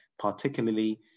particularly